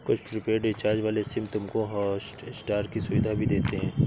कुछ prepaid recharge वाले sim तुमको हॉटस्टार की सुविधा भी देते हैं